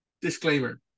disclaimer